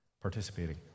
participating